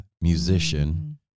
musician